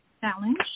challenge